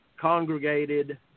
congregated